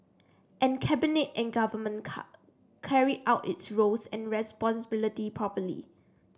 and Cabinet and Government carried out its roles and responsibility properly